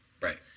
Right